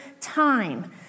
time